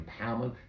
empowerment